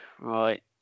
Right